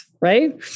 Right